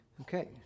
Okay